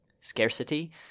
scarcity